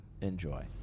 Enjoy